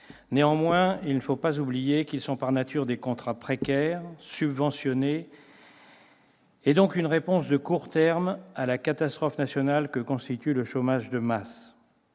Néanmoins, il ne faut pas oublier qu'ils sont par nature des contrats précaires, subventionnés, et donc une réponse de court terme à la catastrophe nationale que constitue le chômage de masse.